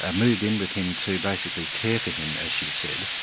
ah moved in with him to basically care for him as she said,